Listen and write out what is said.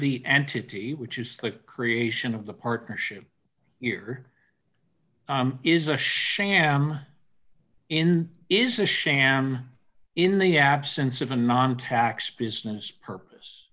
the entity which is the creation of the partnership here is a sham in is a sham in the absence of a non tax business purpose